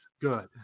good